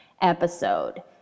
episode